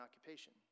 occupation